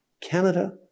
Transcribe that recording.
Canada